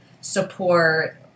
support